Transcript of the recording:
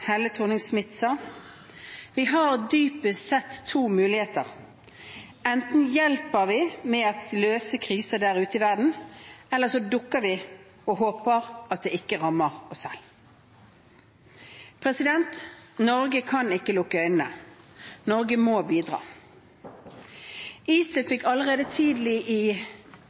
Helle Thorning-Schmidt sa: «Vi har dypest sett to muligheter. Enten hjelper vi med å løse kriser der ute i verden. Eller så dukker vi og håper at det ikke rammer oss selv.» Norge kan ikke lukke øynene. Norge må bidra. ISIL fikk allerede tidlig i